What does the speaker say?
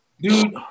dude